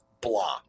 blah